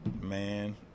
man